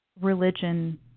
religion